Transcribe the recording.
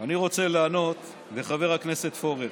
אני רוצה לענות לחבר הכנסת פורר,